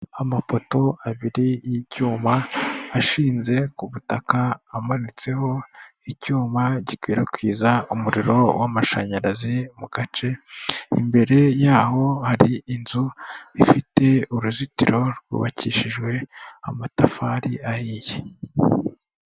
Amapoto abiri y'icyuma ashinze ku butaka amanitseho icyuma gikwirakwiza umuriro w'amashanyarazi mu gace. Imbere yaho hari inzu ifite uruzitiro rwubakishijwe amatafari ahiye.